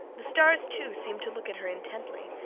the stars, too, seemed to look at her intently,